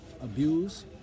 abuse